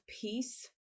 peace